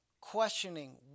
questioning